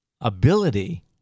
Ability